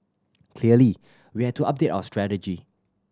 clearly we had to update our strategy